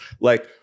Like-